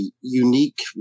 unique